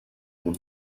punt